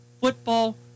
football